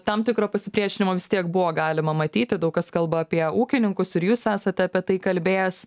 tam tikro pasipriešinimo vis tiek buvo galima matyti daug kas kalba apie ūkininkus ir jūs esate apie tai kalbėjęs